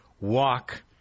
walk